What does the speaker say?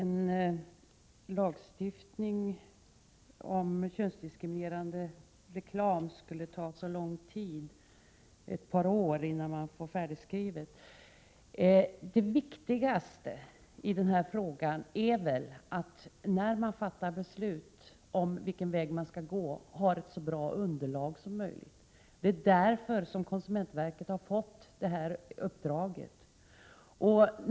Herr talman! Angående påståendet att det skulle ta ett par år innan en lag om könsdiskriminerande reklam kan vara färdigskriven: Det viktigaste i detta sammanhang är väl att man har ett så bra underlag som möjligt, när man fattar beslut om vilken väg man skall gå. Det är därför som konsumentverket har fått detta uppdrag.